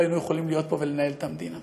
היינו יכולים להיות פה ולנהל את המדינה.